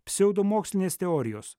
pseudomokslinės teorijos